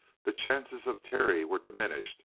the chances of terry were diminished,